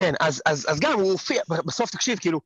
כן, אז גם הוא הופיע, בסוף תקשיב כאילו